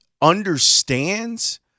understands